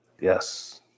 Yes